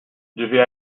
devait